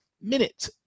minute